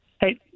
Hey